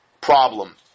problem